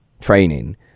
training